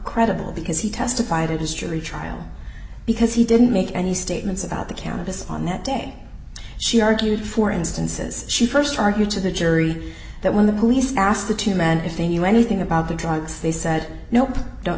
credible because he testified in history trial because he didn't make any statements about the cannabis on that day she argued for instances she st argued to the jury that when the police asked the two men if they knew anything about the drugs they said nope don't